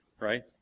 right